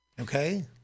Okay